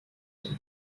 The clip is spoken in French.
son